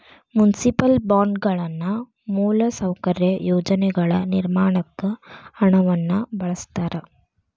municipal ಬಾಂಡ್ಗಳನ್ನ ಮೂಲಸೌಕರ್ಯ ಯೋಜನೆಗಳ ನಿರ್ಮಾಣಕ್ಕ ಹಣವನ್ನ ಬಳಸ್ತಾರ